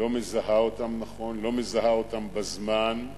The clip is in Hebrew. לא מזהה אותן נכון, לא מזהה אותן בזמן,